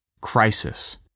crisis